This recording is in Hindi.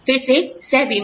फिर से सहबीमा